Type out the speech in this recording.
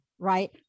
Right